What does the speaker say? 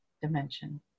dimension